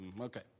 Okay